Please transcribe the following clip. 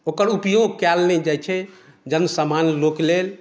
ओकर उपयोग कयल नहि जाइत छै जन सामान्य लोक लेल